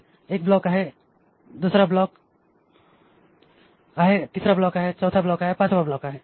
तर एक ब्लॉक आहे दुसरा ब्लॉक आहे तिसरा ब्लॉक आहे चौथा ब्लॉक आहे पाचवा ब्लॉक आहे